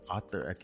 Author